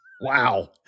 Wow